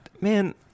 Man